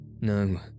No